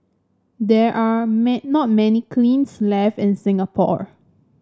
there are not many kilns left in Singapore